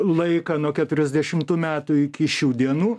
laiką nuo keturiasdešimtų metų iki šių dienų